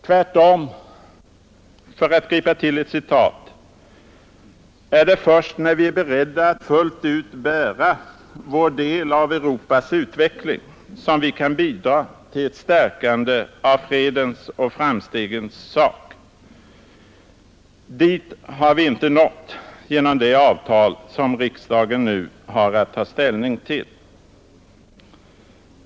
”Tvärtom” — för att gripa till ett citat — ”är det först när vi är beredda att fullt ut bära vår del av Europas utveckling som vi kan bidra till ett stärkande av fredens och framstegens sak.” Dit har vi inte nått genom det avtal som riksdagen nu har att ta ställning till.